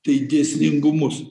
tai dėsningumus